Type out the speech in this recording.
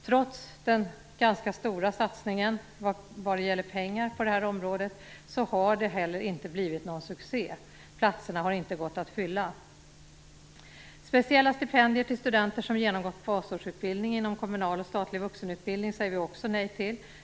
Trots den ganska stora satsningen vad gäller pengar på det här området har det heller inte blivit någon succé - platserna har inte gått att fylla. Speciella stipendier till studenter som genomgått basårsutbildning inom kommunal och statlig vuxenutbildning säger vi också nej till.